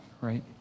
right